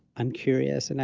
i'm curious, and i'm,